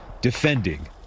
defending